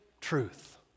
truth